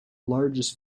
largest